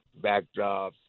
backdrops